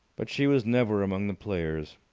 but she was never among the players.